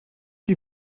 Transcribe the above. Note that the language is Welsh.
chi